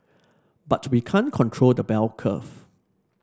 but we can't control the bell curve